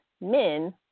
men